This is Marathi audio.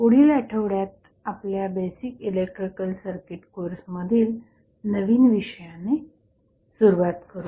पुढील आठवड्यात आपल्या बेसिक इलेक्ट्रिकल सर्किट कोर्समधील नवीन विषयाने सुरुवात करू